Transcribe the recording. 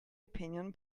opinion